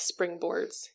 springboards